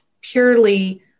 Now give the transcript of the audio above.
purely